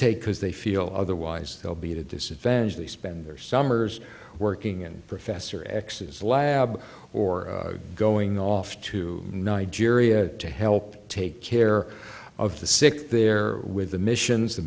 take has they feel otherwise they'll be at a disadvantage they spend their summers working in professor x s lab or going off to nigeria to help take care of the sick there with the missions